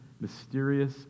mysterious